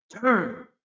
Turn